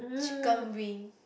chicken wing